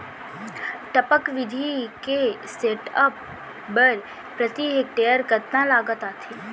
टपक विधि के सेटअप बर प्रति हेक्टेयर कतना लागत आथे?